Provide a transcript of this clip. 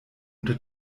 unter